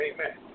Amen